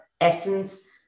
essence